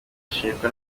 ashinjwa